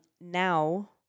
Now